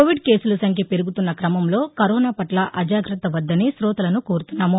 Covid కేసులసంఖ్య పెరుగుతున్న క్రమంలో కరోనాపట్ల అజాగ్రత్త వద్దని కోతలను కోరుచున్నాము